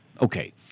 Okay